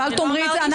ואל תאמרי את זה.